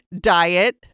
diet